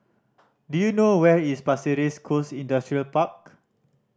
do you know where is Pasir Ris Coast Industrial Park